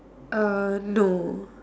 uh no